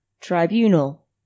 tribunal